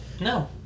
No